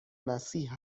مسیح